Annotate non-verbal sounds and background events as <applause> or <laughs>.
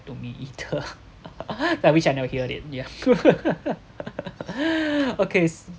to me either <laughs> I wish I never hear it yeah <laughs> okay